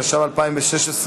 התשע"ו 2016,